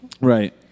Right